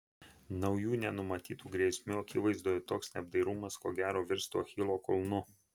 naujų nenumatytų grėsmių akivaizdoje toks neapdairumas ko gero virstų achilo kulnu